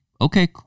okay